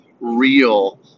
real